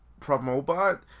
Promobot